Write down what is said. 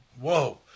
Whoa